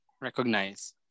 recognize